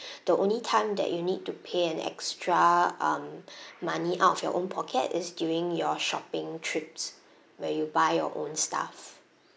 the only time that you need to pay an extra um money out of your own pocket is during your shopping trips where you buy your own stuff